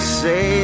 say